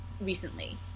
recently